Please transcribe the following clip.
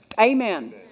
Amen